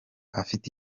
afite